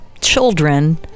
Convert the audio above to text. children